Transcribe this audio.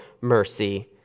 mercy